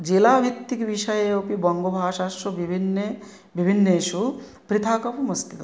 जिलावित्तिक्विषये अपि बङ्गभाषासु विभिन्ने विभिन्नेषु पृथकम् अस्ति तत्र